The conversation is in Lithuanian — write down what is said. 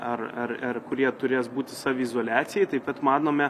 ar ar ar kurie turės būti saviizoliacijoj taip pat manome